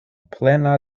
plena